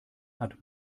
hat